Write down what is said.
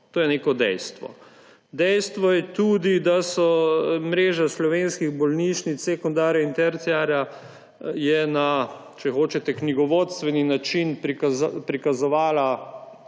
To je neko dejstvo. Dejstvo je tudi, da so mreže slovenskih bolnišnic, sekundarja in terciarja, na knjigovodstveni način prikazovale,